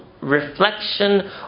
reflection